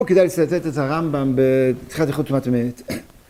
פה כדאי לצטט את הרמב״ם, בתחילת הלכות טומאת מת.